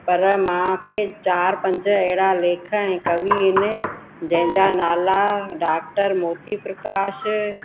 पर मूंखे चारि पंज अहिड़ा लेख ऐं कवी आहिनि जंहिंजा नाला डाक्टर मोती प्रकाश